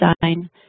design